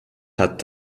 hat